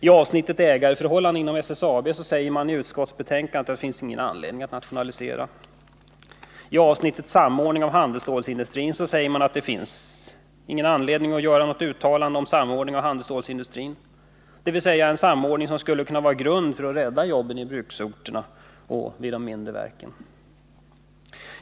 I avsnittet om ägareförhållanden inom SSAB säger man i utskottsbetänkandet att det inte finns någon anledning att nationalisera. I avsnittet om samordning av handelsstålsindustrin säger man att det inte finns anledning att göra något uttalande om samordning av handelsstålsindustrin, dvs. en samordning som skulle kunna vara en grund för att rädda jobben i bruksorterna i de mindre verken.